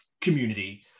community